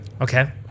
Okay